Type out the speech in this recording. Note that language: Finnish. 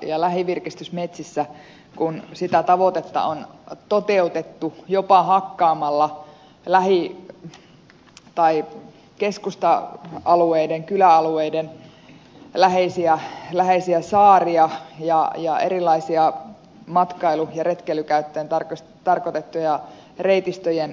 ja lähivirkistysmetsissä kun sitä tavoitetta on toteutettu jopa hakkaamalla lähi tai keskusta alueiden kyläalueiden läheisiä saaria ja erilaisia matkailu ja retkeilykäyttöön tarkoitettuja reitistöjen vierustoja ynnä muuta